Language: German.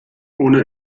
ohne